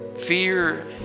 fear